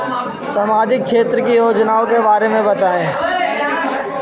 सामाजिक क्षेत्र की योजनाओं के बारे में बताएँ?